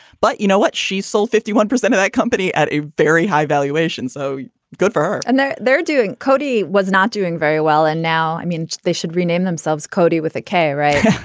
but you know what? she sold fifty one percent of that company at a very high valuation. so good for her and now they're doing cody was not doing very well. and now i mean, they should rename themselves cody with a k. right.